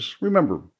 remember